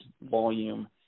volume